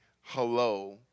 hello